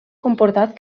comportat